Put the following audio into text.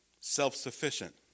self-sufficient